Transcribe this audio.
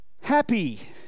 happy